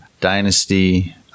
Dynasty